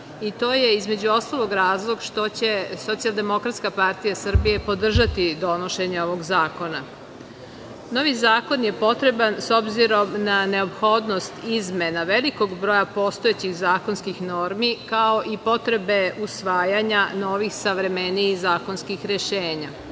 i to je, između ostalog, razlog što će Socijaldemokratska partija Srbije podržati donošenje ovog zakona. Novi zakon je potreban s obzirom na neophodnost izmena velikog broja postojećih zakonskih normi, kao i potrebe usvajanja novih, savremenijih zakonskih rešenja..